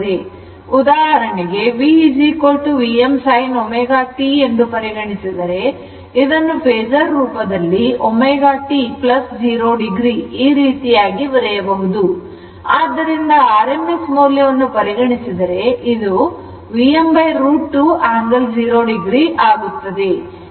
ಉದಾಹರಣೆಗಾಗಿ V Vm sin ω t ಎಂದು ಪರಿಗಣಿಸಿದರೆ ಇದನ್ನು ಫೇಸರ್ ರೂಪದಲ್ಲಿ ω t 0 o ಈ ರೀತಿಯಾಗಿ ಬರೆಯಬಹುದು ಆದ್ದರಿಂದ rms ಮೌಲ್ಯವನ್ನು ಪರಿಗಣಿಸಿದರೆ ಇದು Vm√ 2 angle 0 o ಆಗುತ್ತದೆ